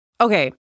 Okay